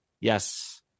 Yes